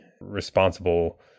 responsible